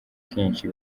kenshi